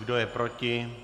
Kdo je proti?